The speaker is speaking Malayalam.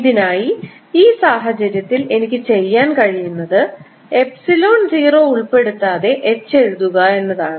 ഇതിനായി ഈ സാഹചര്യത്തിൽ എനിക്ക് ചെയ്യാൻ കഴിയുന്നത് എപ്സിലോൺ 0 ഉൾപ്പെടുത്താതെ H എഴുതുക എന്നതാണ്